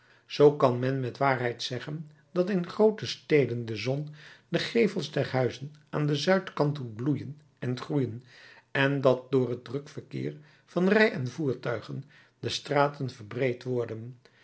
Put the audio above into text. zoo kan men met waarheid zeggen dat in groote steden de zon de gevels der huizen aan den zuidkant doet bloeien en groeien en dat door het druk verkeer van rij en voertuigen de straten verbreed worden